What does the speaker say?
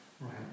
Right